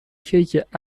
کیک